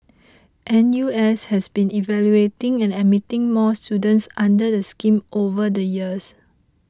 N U S has been evaluating and admitting more students under the scheme over the years